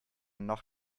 noch